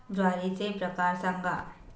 ज्वारीचे प्रकार सांगा